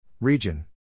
Region